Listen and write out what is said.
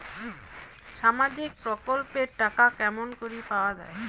সামাজিক প্রকল্পের টাকা কেমন করি পাওয়া যায়?